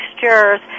textures